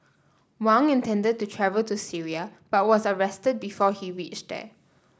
Wang intended to travel to Syria but was arrested before he reached there